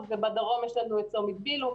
ובדרום יש לנו את צומת בילו.